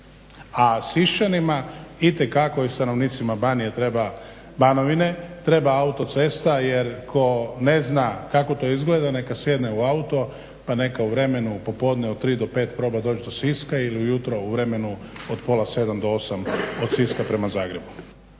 A Siščanima itekako i stanovnicima Banovine treba autocesta jer ko ne zna kako to izgleda neka sjedne u auto pa neka u vremenu popodne od 3 do 5 proba doći do Siska ili ujutro u vremenu od pola 7 do 8 od Siska prema Zagrebu.